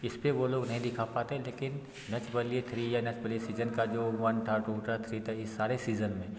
इस पर वह लोग नहीं दिखा पाते लेकिन नच बलिए थ्री या नच बलिए सीज़न का जो वन था टू था थ्री था यह सारे सीज़न में